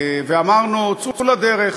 ואמרנו: צאו לדרך.